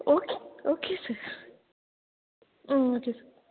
okay okay sir hmm okay sir